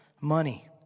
money